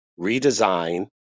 redesign